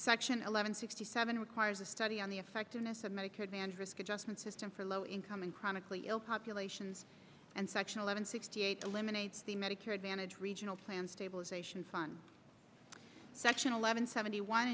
section eleven sixty seven requires a study on the effectiveness of medicare advantage risk adjustment system for low income and chronically ill populations and section eleven sixty eight eliminates the medicare advantage regional plan stabilization fund section eleven seventy one